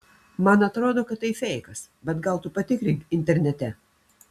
man atrodo kad tai feikas bet gal tu patikrink internete